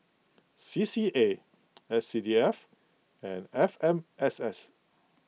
C C A S C D F and F M S S